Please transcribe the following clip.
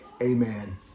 amen